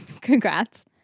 Congrats